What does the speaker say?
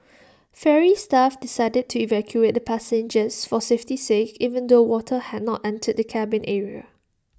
ferry staff decided to evacuate the passengers for safety's sake even though water had not entered the cabin area